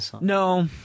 No